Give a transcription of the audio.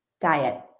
Diet